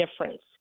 difference